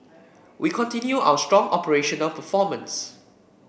we continue our strong operational performance